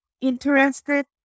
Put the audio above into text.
interested